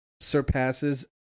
surpasses